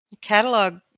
catalog